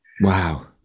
Wow